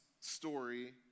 story